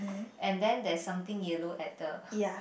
and then there's something yellow at the